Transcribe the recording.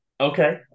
Okay